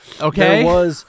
okay